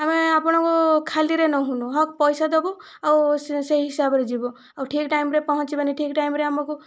ଆମେ ଆପଣଙ୍କୁ ଖାଲିରେ ନେଉନୁ ହକ ପଇସା ଦେବୁ ଆଉ ସେ ସେହି ହିସାବରେ ଯିବୁ ଆଉ ଠିକ୍ ଟାଇମରେ ପହଁଞ୍ଚିବେନି ଠିକ୍ ଟାଇମରେ ଆମକୁ